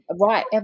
right